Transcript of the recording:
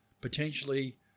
potentially